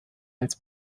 als